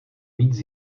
víc